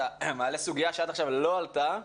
אתה מעלה סוגיה שעד עכשיו לא עלתה.